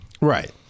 Right